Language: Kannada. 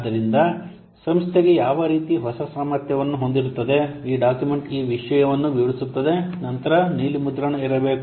ಆದ್ದರಿಂದ ಸಂಸ್ಥೆಯು ಯಾವ ರೀತಿಯ ಹೊಸ ಸಾಮರ್ಥ್ಯವನ್ನು ಹೊಂದಿರುತ್ತದೆ ಈ ಡಾಕ್ಯುಮೆಂಟ್ ಈ ವಿಷಯವನ್ನು ವಿವರಿಸುತ್ತದೆ ನಂತರ ನೀಲಿ ಮುದ್ರಣ ಇರಬೇಕು